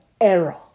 error